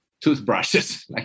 toothbrushes